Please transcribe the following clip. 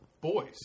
boys